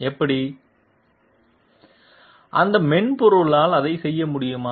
எப்படி அந்த மென்பொருளால் அதைச் செய்ய முடியுமா